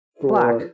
black